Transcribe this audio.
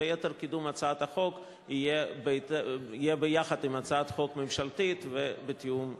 וקידום הצעת החוק לאחר מכן יהיה עם הצעת החוק הממשלתית ובתיאום אתם.